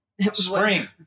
Spring